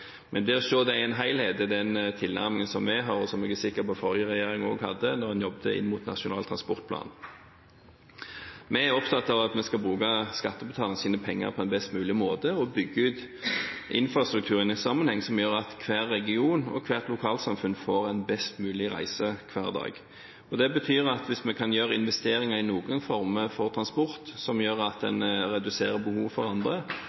Men å se det i en helhet er den tilnærmingen vi har, og som jeg er sikker på at også den forrige regjeringen hadde da de jobbet med Nasjonal transportplan. Vi er opptatt av at vi skal bruke skattebetalernes penger på en best mulig måte og bygge ut infrastrukturen i en sammenheng slik at de som bor i ulike regioner og lokalsamfunn, får en best mulig reise hver dag. Det betyr at hvis vi kan gjøre investeringer i noen former for transport, som gjør at en reduserer behovet for andre,